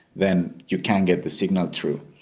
then you can't get the signal through.